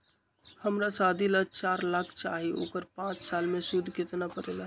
हमरा शादी ला चार लाख चाहि उकर पाँच साल मे सूद कितना परेला?